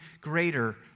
greater